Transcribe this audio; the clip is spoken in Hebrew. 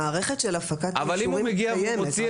המערכת של הפקת אישורים קיימת.